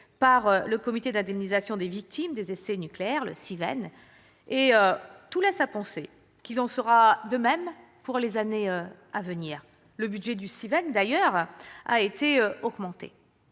par le Comité d'indemnisation des victimes des essais nucléaires, le CIVEN. Tout laisse à penser qu'il en sera de même dans les années à venir ; le budget du CIVEN a d'ailleurs été augmenté.